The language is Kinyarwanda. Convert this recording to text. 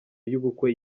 y’ubukwe